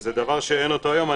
וזה דבר שאין אותו היום.